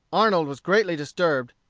arnold was greatly disturbed,